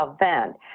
event